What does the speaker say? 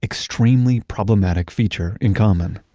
extremely problematic feature in common.